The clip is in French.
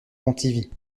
pontivy